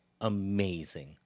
amazing